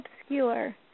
obscure